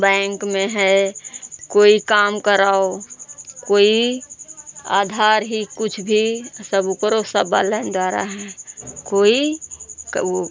bank में है कोई काम कराओ कोई आधार ही कुछ भी सब वह करो सब ऑनलाइन द्वारा है कोई को वह